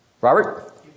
Robert